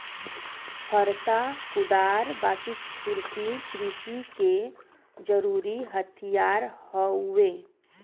फरसा, कुदार, बाकी, खुरपी कृषि के जरुरी हथियार हउवे